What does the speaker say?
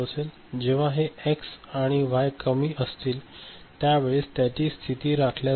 आणि जेव्हा हे एक्स आणि वाय कमी असतील त्यावेळेस त्याची स्थिती राखाल्या जाईल